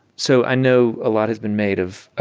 so i know a lot has been made of